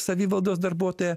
savivaldos darbuotoja